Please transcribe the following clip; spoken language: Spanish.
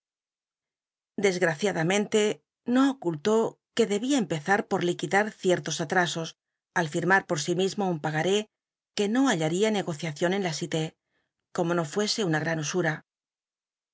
desgraciadamente no oculló quc dcbia empezar por liquidar cici'los atrasos al fkmnr por si mismo un pagaaé que no hallaria ucgociacion en la cité como no fuese con gran usura